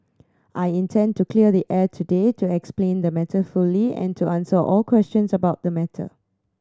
I intend to clear the air today to explain the matter fully and to answer all questions about the matter